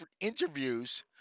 interviews